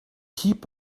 heap